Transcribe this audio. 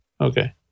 Okay